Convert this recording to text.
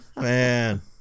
man